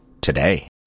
today